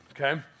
okay